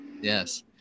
Yes